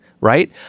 right